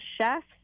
chefs